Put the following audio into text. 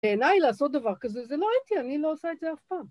בעיניי לעשות דבר כזה, ‫זה לא הייתי, אני לא עושה את זה אף פעם.